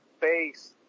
face